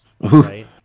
Right